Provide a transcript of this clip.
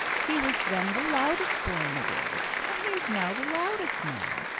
he was then the loudest boy in the world, and he is now the loudest man.